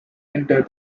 entered